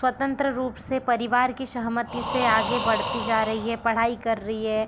स्वतंत्र रूप से परिवार की सहमति से आगे बढ़ती जा रही हैं पढाई कर रही हैं